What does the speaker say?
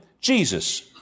Jesus